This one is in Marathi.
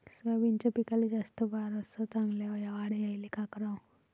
सोयाबीनच्या पिकाले जास्त बार अस चांगल्या वाढ यायले का कराव?